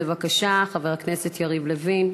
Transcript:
בבקשה, חבר הכנסת יריב לוין.